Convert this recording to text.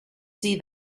see